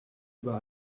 über